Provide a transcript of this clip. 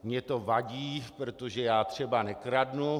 Mně to vadí, protože já třeba nekradu.